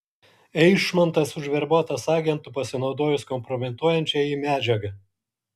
eišmontas užverbuotas agentu pasinaudojus kompromituojančia jį medžiaga